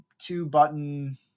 two-button